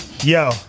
Yo